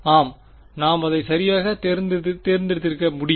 ஆம் நான் அதை சரியாக தேர்ந்தெடுத்திருக்க முடியும்